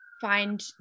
find